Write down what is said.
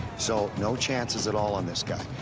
so no chances at all on this guy.